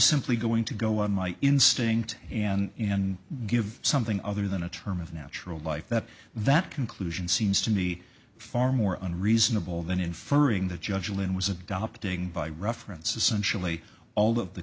simply going to go on my instinct and and give something other than a term of natural life that that conclusion seems to be far more unreasonable than inferring that judge lynn was adopting by reference essentially all of the